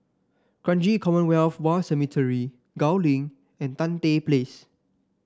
Kranji Commonwealth War Cemetery Gul Link and Tan Tye Place